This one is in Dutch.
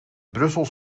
brussels